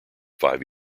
five